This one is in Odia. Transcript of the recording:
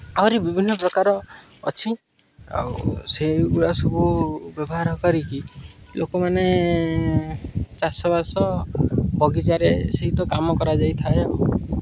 ଆହୁରି ବିଭିନ୍ନପ୍ରକାର ଅଛି ଆଉ ସେଇଗୁଡ଼ା ସବୁ ବ୍ୟବହାର କରିକି ଲୋକମାନେ ଚାଷବାସ ବଗିଚାରେ ସେଇ ତ କାମ କରାଯାଇଥାଏ ଆଉ